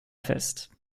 fest